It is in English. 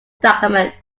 document